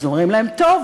אז אומרים להם: טוב,